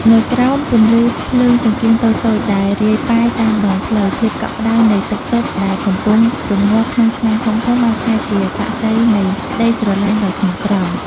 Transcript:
នៅក្រោមពន្លឺភ្លើងចង្កៀងតូចៗដែលរាយប៉ាយតាមដងផ្លូវ ភាពកក់ក្តៅនៃទឹកស៊ុបដែលកំពុងរំងាស់ក្នុងឆ្នាំងធំៗ បានក្លាយជាសាក្សីនៃក្តីស្រឡាញ់ដ៏ស្មោះត្រង់។